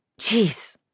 Jeez